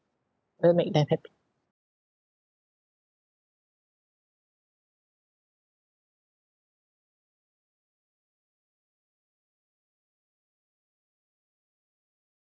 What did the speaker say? will make them happy